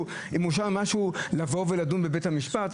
שמואשם במשהו, אין לו זכות לבוא ולדון בבית המשפט?